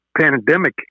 pandemic